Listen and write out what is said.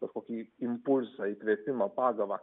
kažkokį impulsą įkvėpimą pagavą